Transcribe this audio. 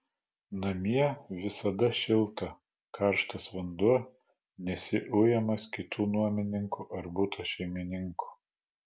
namie visada šilta karštas vanduo nesi ujamas kitų nuomininkų ar buto šeimininkų